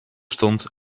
stond